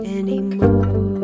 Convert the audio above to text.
anymore